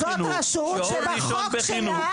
בחוק שלה, בחוק שלה